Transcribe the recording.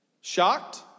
Shocked